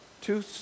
two